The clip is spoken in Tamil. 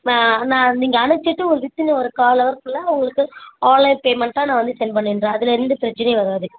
நான் நான் நீங்கள் அனுப்பிச்சிட்டு ஒரு வித்தின் ஒரு கால் ஹவர்க்குள்ளே உங்களுக்கு ஆன்லைன் பேமெண்ட்டாக நான் வந்து செண்ட் பண்ணிடுறேன் அதில் எந்த பிரச்சனையும் வராது